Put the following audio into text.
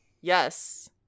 yes